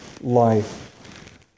life